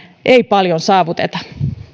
ei paljon saavuteta